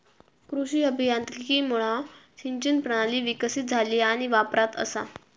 कृषी अभियांत्रिकीमुळा सिंचन प्रणाली विकसीत झाली आणि वापरात असा